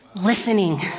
listening